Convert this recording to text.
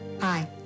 Hi